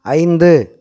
ஐந்து